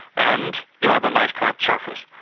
and you have a nice flat surface.